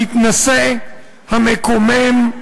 המתנשא, המקומם,